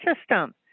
system